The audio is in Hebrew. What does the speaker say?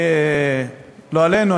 לא עלינו,